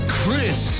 Chris